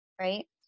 right